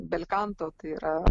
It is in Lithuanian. belkanto tai yra